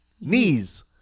Knees